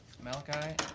Malachi